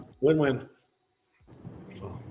Win-win